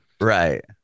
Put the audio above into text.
Right